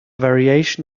variation